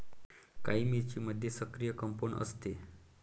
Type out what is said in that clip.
काळी मिरीमध्ये सक्रिय कंपाऊंड असते